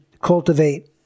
cultivate